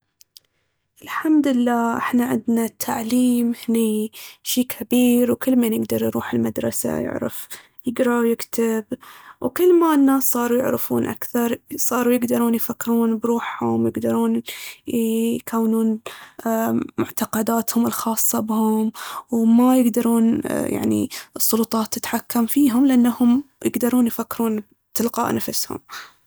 الحمدالله احنا عندنا التعليم هني شي كبير وكل مين يقدر يروح المدرسة يعرف يقرا ويكتب. وكل ما الناس صاروا يعرفون أكثر صراوا يقدرون يفكرون بروحهم ويقدرون يكونون معتقداتهم الخاصة بهم. وما يقدرون يعني السلطات تتحكم فيهم لأن هم يقدرون يفكرون من تلقاء نفسهم.